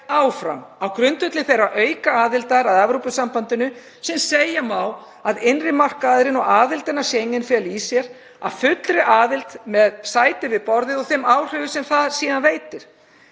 áfram á grundvelli þeirrar aukaaðildar að Evrópusambandinu sem segja má að innri markaðurinn og aðildin að Schengen feli í sér, að fullri aðild með sæti við borðið og þeim áhrifum sem það veitir.